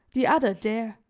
the other there,